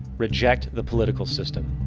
reject the political system.